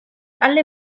alle